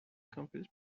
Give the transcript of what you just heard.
campus